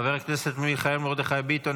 חבר הכנסת מיכאל מרדכי ביטון,